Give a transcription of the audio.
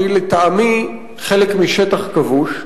שהיא לטעמי חלק משטח כבוש,